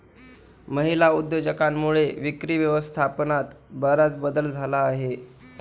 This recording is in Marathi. महिला उद्योजकांमुळे विक्री व्यवस्थापनात बराच बदल झाला आहे